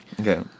Okay